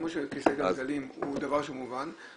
כמו שכיסא גלגלים זה דבר שהוא מובן,